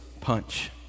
punch